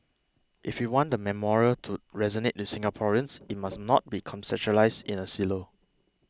if we want the memorial to resonate with Singaporeans it must not be conceptualised in a silo